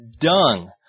dung